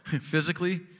Physically